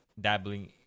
dabbling